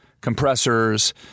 Compressors